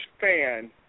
fan